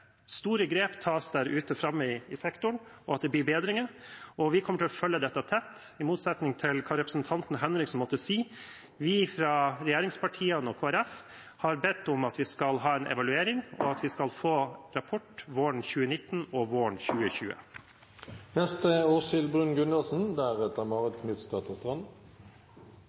følge dette tett, i motsetning til hva representanten Martin Henriksen måtte si. Vi fra regjeringspartiene og Kristelig Folkeparti har bedt om at vi skal ha en evaluering, og at vi skal få rapport våren 2019 og våren 2020.